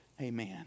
Amen